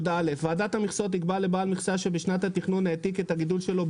"(יא) ועדת המכסות תקבע לבעל מכסה שבשנת התכנון העתיק את הגידול שלו,